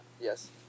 Yes